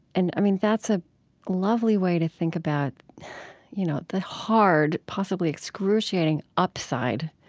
and i mean, that's a lovely way to think about you know the hard, possibly excruciating upside